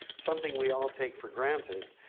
something we all take for granted,